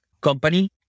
company